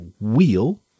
wheel